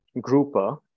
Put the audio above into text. grouper